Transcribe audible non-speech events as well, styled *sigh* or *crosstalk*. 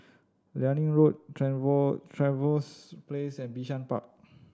Liane Road *unintelligible* Trevose Place and Bishan Park